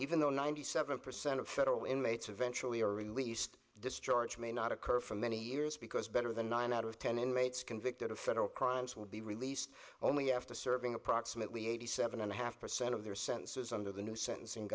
even though ninety seven percent of federal inmates eventually are released discharge may not occur for many years because better than nine out of ten inmates convicted of federal crimes would be released only after serving approximately eighty seven and a half percent of their senses under the new sentencing